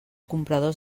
compradors